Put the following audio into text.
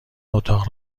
اتاق